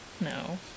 No